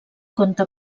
conte